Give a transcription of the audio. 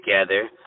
together